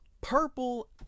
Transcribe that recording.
Purple